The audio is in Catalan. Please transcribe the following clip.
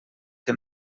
que